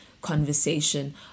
conversation